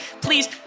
please